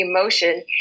emotion